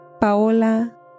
Paola